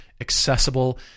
accessible